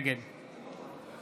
נגד